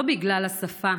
לא בגלל השפה,